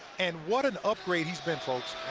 and what an upgrade he's been, folks,